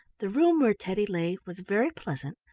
the room where teddy lay was very pleasant,